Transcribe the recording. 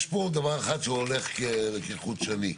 יש פה דבר אחד שהולך כחוט השני,